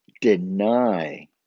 deny